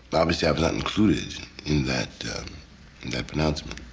obviously i was not included in that in that pronouncement.